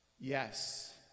Yes